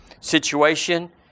situation